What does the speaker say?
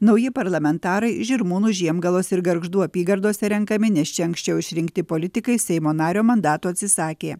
nauji parlamentarai žirmūnų žiemgalos ir gargždų apygardose renkami nes čia anksčiau išrinkti politikai seimo nario mandato atsisakė